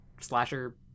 Slasher